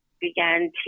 began